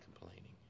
complaining